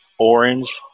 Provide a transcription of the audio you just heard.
Orange